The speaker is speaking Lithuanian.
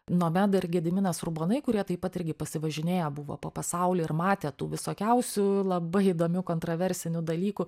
nomeda ir gediminas urbonai kurie taip pat irgi pasivažinėję buvo po pasaulį ir matę tų visokiausių labai įdomių kontroversinių dalykų